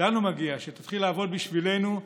לנו מגיע שתתחיל לעבוד בשבילנו,